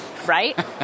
Right